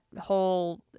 whole